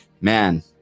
man